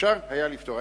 אפשר היה לפתור.